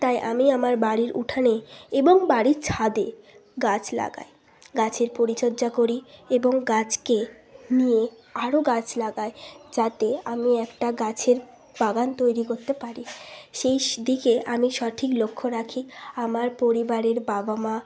তাই আমি আমার বাড়ির উঠানে এবং বাড়ির ছাদে গাছ লাগাই গাছের পরিচর্যা করি এবং গাছকে নিয়ে আরও গাছ লাগাই যাতে আমি একটা গাছের বাগান তৈরি করতে পারি সেই দিকে আমি সঠিক লক্ষ্য রাখি আমার পরিবারের বাবা মা